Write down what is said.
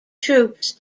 troops